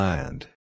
Land